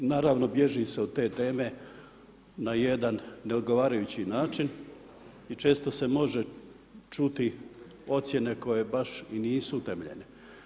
Naravno, bježi se od te teme na jedan neodgovarajući način i često se može čuti ocjene koje baš nisu utemeljene.